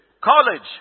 college